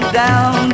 down